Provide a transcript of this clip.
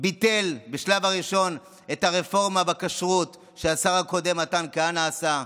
ביטל בשלב הראשון את הרפורמה בכשרות שהשר הקודם מתן כהנא עשה.